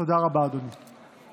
תודה רבה, אדוני.